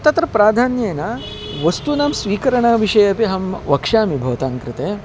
तत्र प्राधान्येन वस्तूनां स्वीकरणविषये अपि अहं वक्ष्यामि भवतां कृते